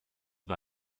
war